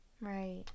Right